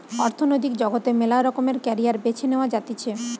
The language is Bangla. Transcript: অর্থনৈতিক জগতে মেলা রকমের ক্যারিয়ার বেছে নেওয়া যাতিছে